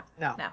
no